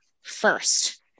first